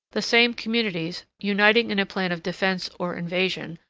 the same communities, uniting in a plan of defence or invasion,